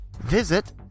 Visit